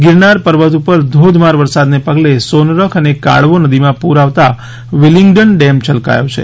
ગિરનાર પર્વત ઉપર ધોધમાર વરસાદ ને પગલે સોનરખ અને કાળવો નદીમાં પૂર આવતા વિલિંગડન ડેમ છલકાયો છે